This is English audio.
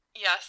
Yes